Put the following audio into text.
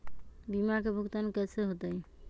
बीमा के भुगतान कैसे होतइ?